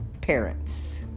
parents